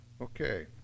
okay